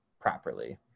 properly